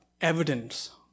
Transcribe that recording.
evidence